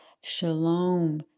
shalom